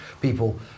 people